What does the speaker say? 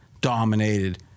dominated